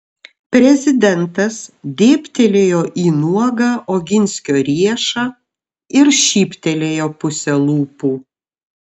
prezidentas dėbtelėjo į nuogą oginskio riešą ir šyptelėjo puse lūpų